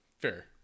fair